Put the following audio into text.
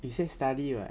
you say study [what]